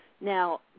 Now